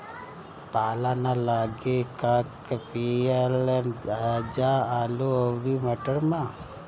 पाला न लागे का कयिल जा आलू औरी मटर मैं?